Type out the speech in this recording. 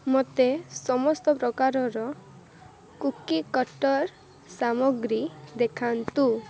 ମୋତେ ସମସ୍ତ ପ୍ରକାରର କୁକି କଟର୍ ସାମଗ୍ରୀ ଦେଖାନ୍ତୁ